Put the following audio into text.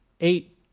eight